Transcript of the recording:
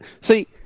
see